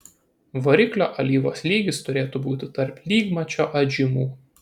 variklio alyvos lygis turėtų būti tarp lygmačio atžymų